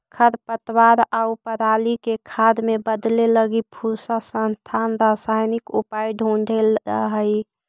खरपतवार आउ पराली के खाद में बदले लगी पूसा संस्थान रसायनिक उपाय ढूँढ़ले हइ